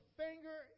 finger